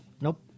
Nope